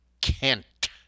Kent